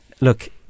look